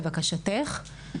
לבקשתך.